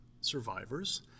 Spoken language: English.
survivors